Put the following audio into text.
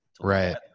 right